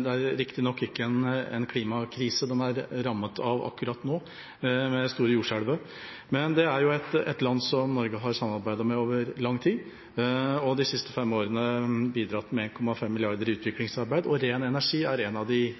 Det er riktignok ikke en klimakrise de er rammet av akkurat nå – med det store jordskjelvet – men dette er jo et land som Norge har samarbeidet med over lang tid, og de siste fem årene bidratt med 1,5 mrd. kr til utviklingsarbeid, og ren energi er et av de